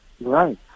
right